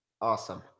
Awesome